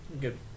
Good